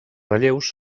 relleus